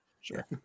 Sure